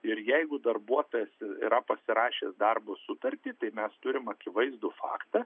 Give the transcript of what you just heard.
ir jeigu darbuotojas yra pasirašęs darbo sutartį tai mes turim akivaizdų faktą